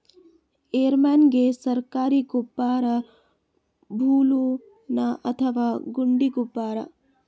ಎರೆಮಣ್ ಗೆ ಸರ್ಕಾರಿ ಗೊಬ್ಬರ ಛೂಲೊ ನಾ ಅಥವಾ ಗುಂಡಿ ಗೊಬ್ಬರ?